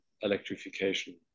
electrification